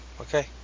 okay